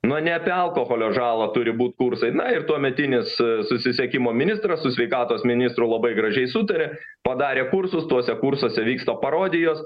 na ne apie alkoholio žalą turi būt kursai na ir tuometinis susisiekimo ministras su sveikatos ministru labai gražiai sutarė padarė kursus tuose kursuose vyksta parodijos